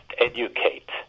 educate